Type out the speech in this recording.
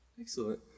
Excellent